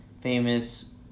famous